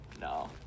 No